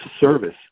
service